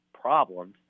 problems